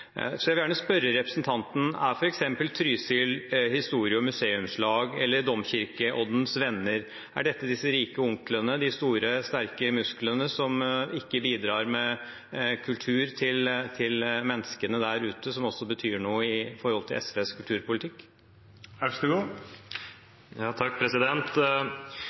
Så jeg vil gjerne spørre representanten: Er f.eks. Trysil historie- og museumslag eller Domkirkeoddens Venner de rike onklene, de store sterke musklene som ikke bidrar med kultur til menneskene der ute, som også betyr noe i SVs kulturpolitikk?